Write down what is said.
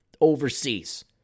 overseas